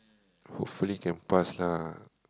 hopefully can pass lah